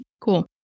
Cool